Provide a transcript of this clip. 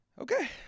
Okay